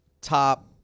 top